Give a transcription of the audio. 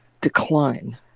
decline